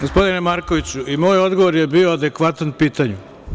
Gospodine Markoviću, i moj odgovor je bio adekvatan pitanju.